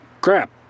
Crap